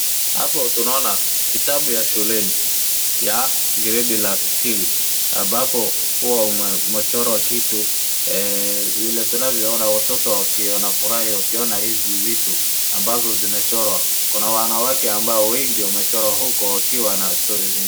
Hapo tunaona kitabu ya shuleni ya gredi la apili ambapo hua umechorwa kitu. Vile tunavyo ona watoto wanafurahi wakiona hizi vitu ambazo zimechorwa. Kuna wanawake ambao wengi wamechorwa huku wakiwa na stori zingine.